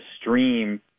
stream